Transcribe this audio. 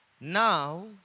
now